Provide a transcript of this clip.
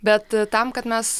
bet tam kad mes